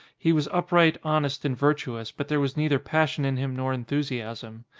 he was up right, honest, and virtuous, but there was neither passion in him nor enthusiasm.